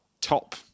top